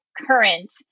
current